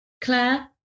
Claire